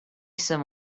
some